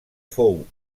fou